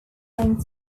playing